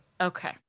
Okay